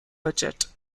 budget